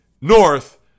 North